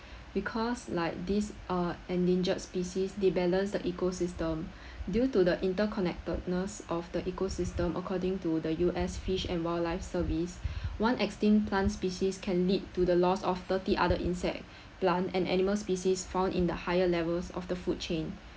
because like these uh endangered species the balance the ecosystem due to the interconnectedness of the ecosystem according to the U_S fish and wildlife service one extinct plant species can lead to the loss of thirty other insect plant and animal species found in the higher levels of the food chain